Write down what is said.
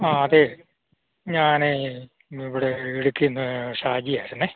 ആ അതെ ഞാൻ ഇവിടെ ഇടുക്കിന്ന് ഷാജി ആയിരുന്നു